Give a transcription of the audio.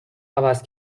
عوض